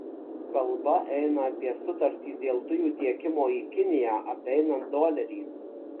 kalba eina apie sutartį dėl dujų tiekimo į kiniją apeinant dolerį